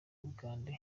bugande